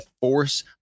force